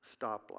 stoplight